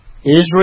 Israel